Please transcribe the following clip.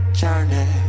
journey